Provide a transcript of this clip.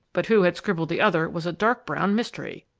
but who had scribbled the other was a dark-brown mystery.